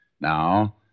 Now